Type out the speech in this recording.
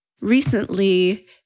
recently